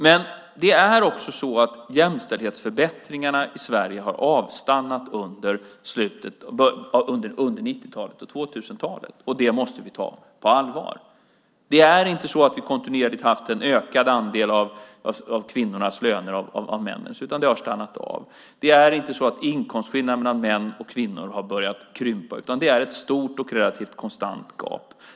Men jämställdhetsförbättringarna i Sverige har avstannat under 1990-talet och 2000-talet. Det måste vi ta på allvar. Kvinnornas andel av männens löner har inte kontinuerligt ökat, utan det har stannat av. Inkomstskillnaderna mellan män och kvinnor har inte börjat krympa. Det är ett stort och relativt konstant gap.